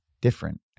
different